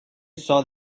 saw